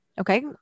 Okay